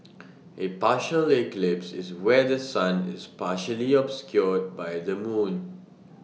A partial eclipse is where The Sun is partially obscured by the moon